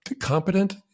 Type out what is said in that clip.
competent